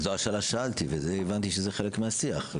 זו השאלה ששאלתי, וזה הבנתי שזה חלק מהשיח.